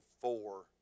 four